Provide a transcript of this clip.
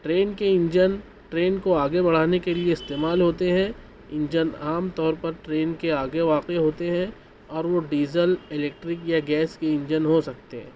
train کے engine train کو آگے بڑھانے کے لیے استعمال ہوتے ہیں انجن عام طور پر ٹرین کے آگے واقع ہوتے ہیں اور وہ ڈیزل الیکٹرک یا گیس کے انجن ہو سکتے ہیں